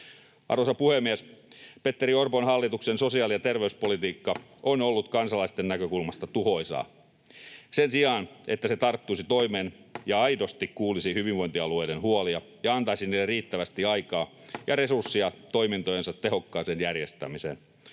Arvoisa puhemies! Petteri Orpon hallituksen sosiaali- ja terveyspolitiikka on ollut kansalaisten näkökulmasta tuhoisaa. Sen sijaan, että se tarttuisi toimeen ja aidosti kuulisi hyvinvointialueiden huolia ja antaisi niille riittävästi aikaa ja resursseja toimintojensa tehokkaaseen järjestämiseen,